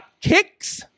kicks